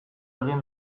egin